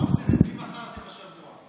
האוזר, את מי בחרתם השבוע?